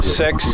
six